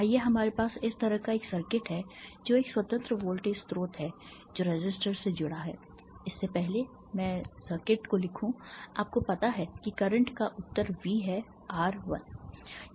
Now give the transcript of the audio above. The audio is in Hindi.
आइए हमारे पास इस तरह का एक सर्किट है जो एक स्वतंत्र वोल्टेज स्रोत है जो रेसिस्टर से जुड़ा है इससे पहले कि मैं सर्किट को लिखूं आपको पता है कि करंट का उत्तर V है R 1